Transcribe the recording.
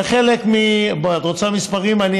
את רוצה מספרים, כן.